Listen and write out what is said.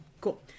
Cool